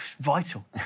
Vital